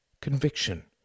conviction